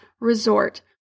resort